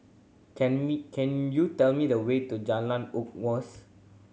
can me can you tell me the way to Jalan Unggas